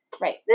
Right